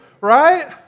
right